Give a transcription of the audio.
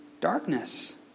Darkness